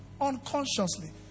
Unconsciously